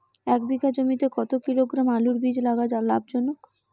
এক বিঘা জমিতে কতো কিলোগ্রাম আলুর বীজ লাগা লাভজনক?